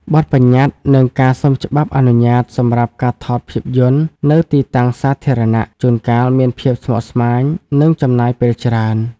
បទប្បញ្ញត្តិ និងការសុំច្បាប់អនុញ្ញាតសម្រាប់ការថតភាពយន្តនៅទីតាំងសាធារណៈ ជួនកាលមានភាពស្មុគស្មាញ និងចំណាយពេលច្រើន។